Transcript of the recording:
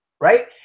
right